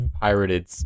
pirated